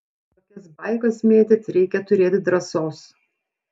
tokias baikas mėtyt reikia turėt drąsos